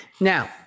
Now